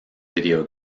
video